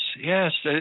yes